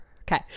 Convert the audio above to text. Okay